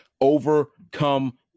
overcome